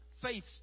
faith